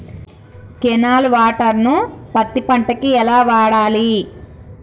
Canal water ను పత్తి పంట కి ఎలా వాడాలి?